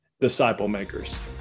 disciple-makers